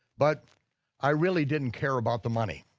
but i really didn't care about the money.